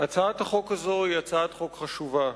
הצעת החוק הזאת היא הצעת חוק חשובה.